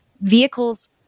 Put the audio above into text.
vehicles